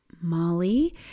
Molly